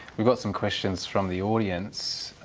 we've got some questions from the audience.